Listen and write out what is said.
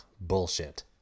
bullshit